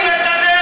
איבדתם את הדרך,